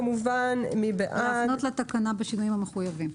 להפנות לתיקונים בשינויים המחויבים.